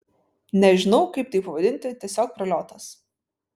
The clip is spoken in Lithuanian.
nežinau kaip tai pavadinti tiesiog praliotas